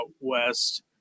west